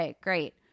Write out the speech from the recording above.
great